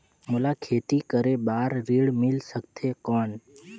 मोला खेती करे बार ऋण मिल सकथे कौन?